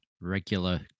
regular